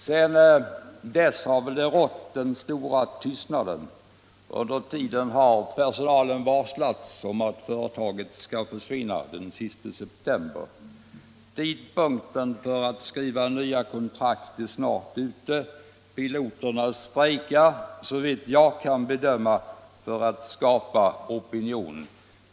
Sedan dess har den stora tystnaden rått, och under tiden har personalen varslats om att företaget skall försvinna den 30 september. Tiden att skriva nya kontrakt är snart ute och piloterna strejkar, såvitt jag kan bedöma för att skapa opinion.